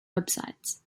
websites